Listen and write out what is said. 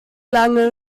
lang